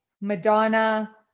madonna